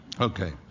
Okay